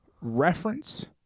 reference